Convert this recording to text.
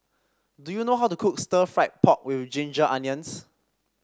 do you know how to cook Stir Fried Pork with Ginger Onions